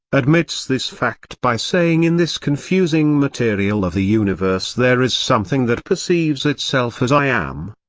admits this fact by saying in this confusing material of the universe there is something that perceives itself as i am.